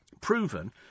proven